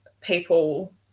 people